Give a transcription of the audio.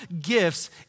gifts